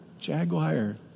jaguar